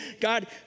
God